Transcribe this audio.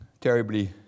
terribly